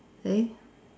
say